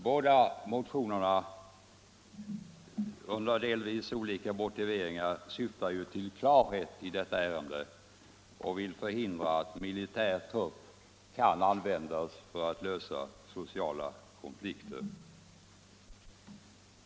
Båda motionerna syftar — med delvis olika motiveringar — till att bringa klarhet i detta ärende och till att förhindra att militär trupp kan användas för att lösa sociala konflikter.